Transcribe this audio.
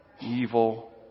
evil